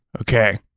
Okay